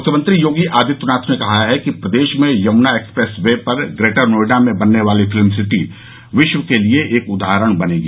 मुख्यमंत्री योगी आदित्यनाथ ने कहा है कि प्रदेश में यमुना एक्सप्रेस वे पर ग्रेटर नोएडा में बनने वाली फिल्म सिटी विश्व के लिये एक उदाहरण बनेगी